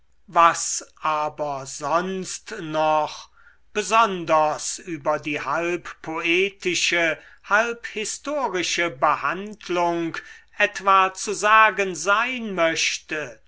was aber sonst noch besonders über die halb poetische halb historische behandlung etwa zu sagen sein möchte